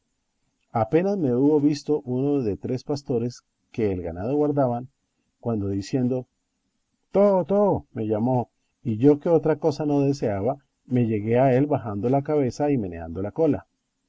apenas me hubo visto uno de tres pastores que el ganado guardaban cuando diciendo to to me llamó y yo que otra cosa no deseaba me llegué a él bajando la cabeza y meneando la cola